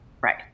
Right